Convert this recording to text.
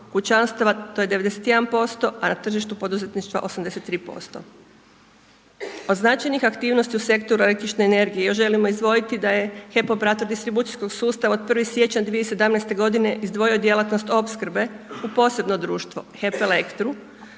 kućanstava to je 91% a na tržištu poduzetništva 83%. Od značajnih aktivnosti u sektoru električne energije još želimo izdvojiti da je HEP operator distribucijskog sustava od 1. siječnja 2017. izdvojio djelatnost opskrbe u posebno društvo, HEP Elektru.